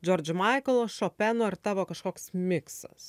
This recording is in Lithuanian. džordž maikl šopeno ir tavo kažkoks miksas